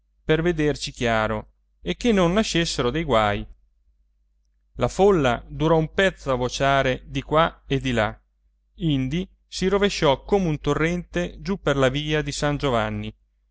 per vederci chiaro e che non nascessero dei guai la folla durò un pezzo a vociare di qua e di là indi si rovesciò come un torrente giù per la via di san giovanni